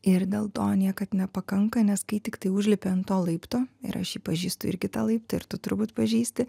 ir dėl to niekad nepakanka nes kai tiktai užlipi ant to laipto ir aš jį pažįstu irgi tą laiptą ir tu turbūt pažįsti